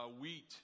wheat